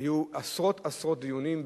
היו עשרות-עשרות דיונים,